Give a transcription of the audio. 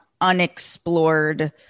unexplored